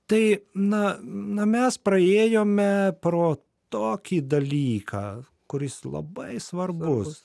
tai na na mes praėjome pro tokį dalyką kuris labai svarbus